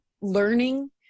learning